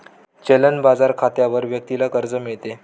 चलन बाजार खात्यावर व्यक्तीला कर्ज मिळते